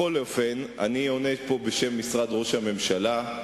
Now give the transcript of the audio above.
אני עונה פה בשם משרד ראש הממשלה,